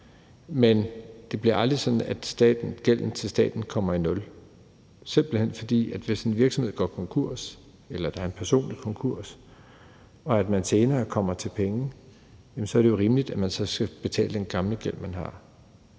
Men det bliver aldrig sådan, at gælden til staten kommer i nul, simpelt hen fordi det jo, hvis en virksomhed går konkurs, eller hvis der er tale om en personlig konkurs, og man senere kommer til penge, så er rimeligt, at man skal betale den gamle gæld, man har.